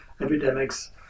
epidemics